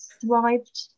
thrived